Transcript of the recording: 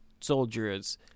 soldiers